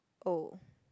oh